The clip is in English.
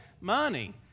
money